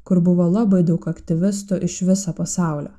kur buvo labai daug aktyvistų iš viso pasaulio